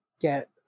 get